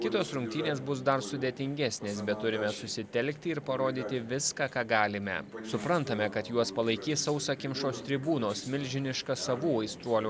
kitos rungtynės bus dar sudėtingesnės bet turime susitelkti ir parodyti viską ką galime suprantame kad juos palaikys sausakimšos tribūnos milžiniška sava aistruolių